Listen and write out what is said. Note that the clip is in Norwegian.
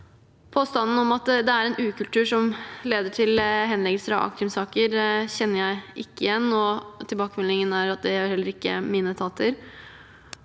Påstanden om at det er en ukultur som leder til henleggelser av a-krim-saker, kjenner jeg ikke igjen, og tilbakemeldingen er at det gjør heller ikke mine etater.